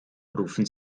rufen